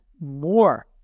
more